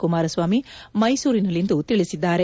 ಕುಮಾರಸ್ವಾಮಿ ಮೈಸೂರಿನಲ್ಲಿಂದು ತಿಳಿಸಿದ್ದಾರೆ